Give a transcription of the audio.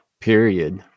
Period